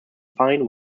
fine